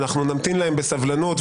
ואנחנו נמתין להם בסבלנות,